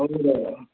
ਜ਼ਿਆਦਾ